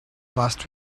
last